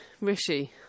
Rishi